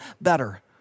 better